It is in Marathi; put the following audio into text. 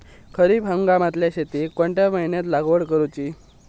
खरीप हंगामातल्या शेतीक कोणत्या महिन्यात लागवड करूची?